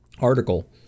article